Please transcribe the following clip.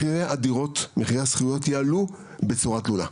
מחירי שכירויות יעלו בצורה תלולה.